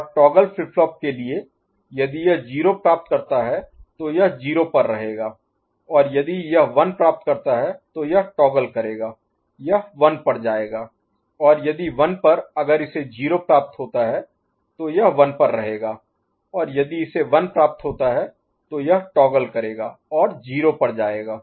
और toggle flip flop के लिए यदि यह 0 प्राप्त करता है तो यह 0 पर रहेगा और यदि यह 1 प्राप्त करता है तो यह टॉगल करेगा यह 1 पर जाएगा और यदि 1 पर अगर इसे 0 प्राप्त होता है तो यह 1 पर रहेगा और यदि इसे 1 प्राप्त होता है तो यह टॉगल करेगा और 0 पर जाएगा